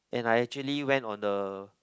and I actually went on the